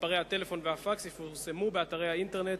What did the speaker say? מספרי הטלפון והפקס יפורסמו באתרי האינטרנט